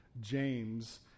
James